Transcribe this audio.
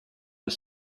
was